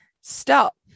stop